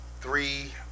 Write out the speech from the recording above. Three